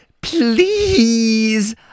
please